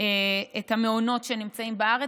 את המעונות שנמצאים בארץ.